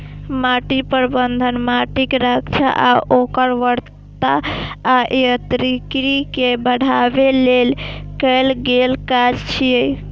माटि प्रबंधन माटिक रक्षा आ ओकर उर्वरता आ यांत्रिकी कें बढ़ाबै लेल कैल गेल काज छियै